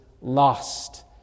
lost